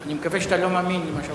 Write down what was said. אני מקווה שאתה לא מאמין למה שאמרת.